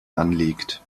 anlegt